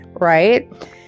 right